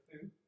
food